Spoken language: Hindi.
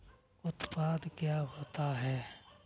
उत्पाद क्या होता है?